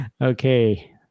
okay